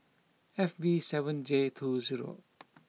F B seven J two zero